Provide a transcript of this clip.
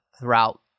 throughout